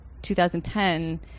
2010